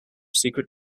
secret